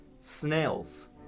snails